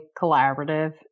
collaborative